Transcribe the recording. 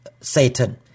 Satan